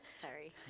Sorry